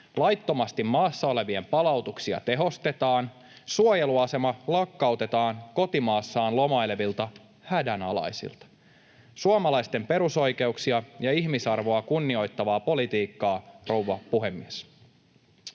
Laittomasti maassa olevien palautuksia tehostetaan. Suojeluasema lakkautetaan kotimaassaan lomailevilta hädänalaisilta. Suomalaisten perusoikeuksia ja ihmisarvoa kunnioittavaa politiikkaa, rouva puhemies.